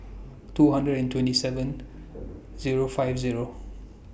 two hundred and twenty seven Zero Fifth Zero